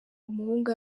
umuhungu